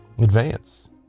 advance